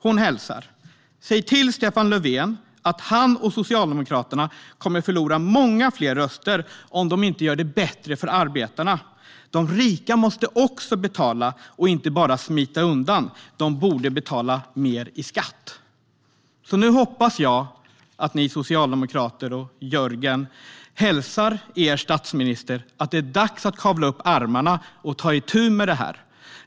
Hon säger: "Säg till Stefan Löfven att han och Socialdemokraterna kommer att förlora många fler röster om de inte gör det bättre för arbetarna. De rika måste också betala och inte bara smita undan. De borde betala mer i skatt." Nu hoppas jag att ni socialdemokrater, bland andra Jörgen, hälsar er statsminister att det är dags att kavla upp ärmarna och ta itu med det här.